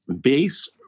base